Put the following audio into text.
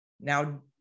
Now